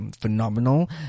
phenomenal